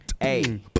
Hey